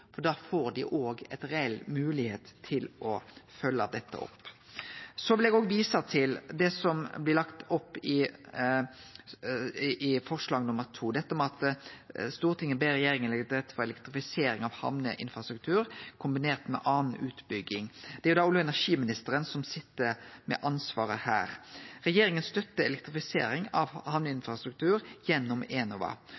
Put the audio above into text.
for da får dei òg ei reell moglegheit til å følgje dette opp. Så vil eg òg vise til det som det blir lagt opp til i forslag nr. 2, at Stortinget ber regjeringa legge til rette for elektrifisering av hamneinfrastruktur kombinert med anna utbygging. Det er olje- og energiministeren som sit med ansvaret her. Regjeringa støttar elektrifisering av